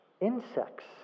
Insects